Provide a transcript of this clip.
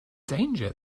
danger